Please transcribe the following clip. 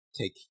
take